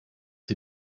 sie